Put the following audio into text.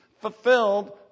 fulfilled